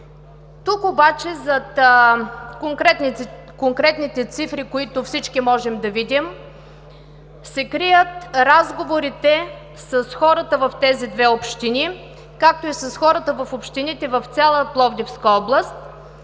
Тук обаче зад конкретните цифри, които всички можем да видим, се крият разговорите с хората в тези две общини, както и с хората от общините в цяла Пловдивска област.